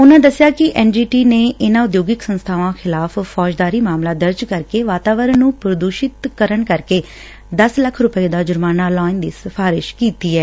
ਉਨੂਾ ਦਸਿਆ ਕਿ ਐਨ ਜੀ ਟੀ ਨੇ ਇਨੂਾ ਉਦਯੋਗਿਕ ਸੰਸਬਾਵਾਂ ਖਿਲਾਫ਼ ਫੌਜਦਾਰੀ ਮਾਮਲਾ ਦਰਜ ਕਰਕੇ ਵਾਤਾਵਰਨ ਨੂੰ ਪ੍ਰਦੁਸ਼ਿਤ ਕਰਨ ਕਰਕੇ ਦੱਸ ਲੱਖ ਰੁਪੈ ਦਾ ਜੁਰਮਾਨਾ ਲਾਉਣ ਦੀ ਸਿਫਾਰਿਸ਼ ਕੀਤੀ ਐ